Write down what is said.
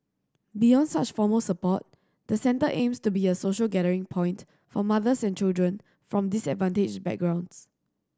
beyond such formal support the centre aims to be a social gathering point for mothers and children from disadvantaged backgrounds